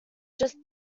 just